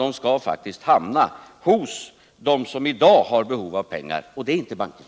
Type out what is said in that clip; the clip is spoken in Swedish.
Det är inte där pengarna skall vara utan hos dem som i dag har behov av pengar, och det är faktiskt inte bankerna.